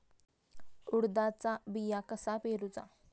उडदाचा बिया कसा पेरूचा?